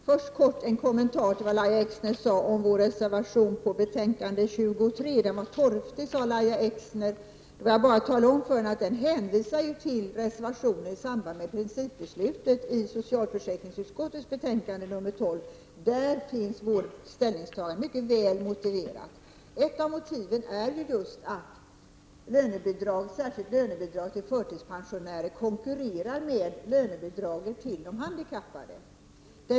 Fru talman! Först en kort kommentar till vad Lahja Exner sade om vår reservation till betänkande 23. Den var torftig, sade Lahja Exner. Jag vill tala om för henne att den reservationen hänvisar till en reservation som lades i samband med principbeslutet i socialförsäkringsutskottets betänkande nr 12. I den reservationen finns vårt ställningstagande mycket väl motiverat. Ett av motiven är ju just att särskilda lönebidrag till förtidspensionärer konkurrerar med lönebidragen till de handikappade.